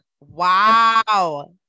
Wow